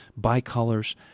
bicolors